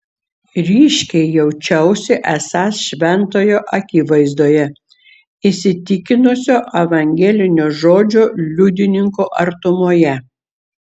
ryškiai jaučiausi esąs šventojo akivaizdoje įsitikinusio evangelinio žodžio liudininko artumoje